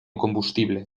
combustible